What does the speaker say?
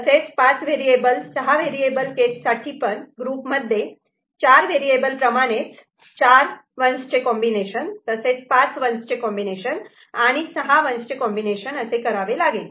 तर 5 व्हेरिएबल 6 व्हेरिएबलचे केस साठी ग्रुपमध्ये चार वेरिएबल प्रमाणे चार 1's चे कॉम्बिनेशन तसेच पाच 1's चे कॉम्बिनेशनआणि सहा 1's चे कॉम्बिनेशन असे करावे लागते